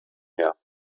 mehr